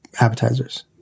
appetizers